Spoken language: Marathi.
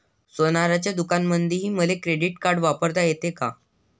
सोनाराच्या दुकानामंधीही मले क्रेडिट कार्ड वापरता येते का?